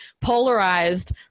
polarized